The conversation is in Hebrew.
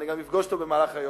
אני גם אפגוש אותו במהלך היום,